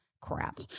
crap